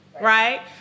right